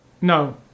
No